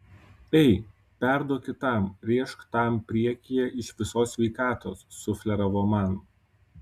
ei perduok kitam rėžk tam priekyje iš visos sveikatos sufleravo man